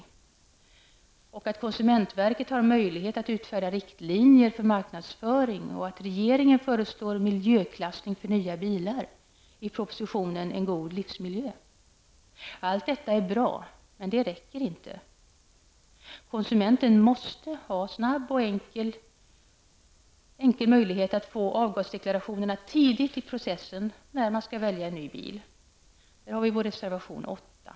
Utskottsmajoriteten säger vidare att konsumentverket har möjlighet att utfärda riktlinjer för marknadsföring och att regeringen i propositionen En god livsmiljö föreslår miljöklassning av nya bilar. Allt detta är bra, men det räcker inte. Konsumenterna måste ha möjlighet att snabbt och enkelt få avgasdeklarationerna tidigt i processen när de skall välja en ny bil. Detta tar vi upp i reservation 8.